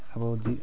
अब जि